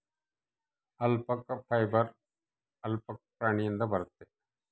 alpaca fibre alpaca ಪ್ರಾಣಿಯಿಂದ ಬರುತ್ತೆ